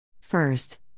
First